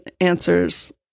answers